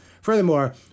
Furthermore